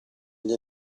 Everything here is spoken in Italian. agli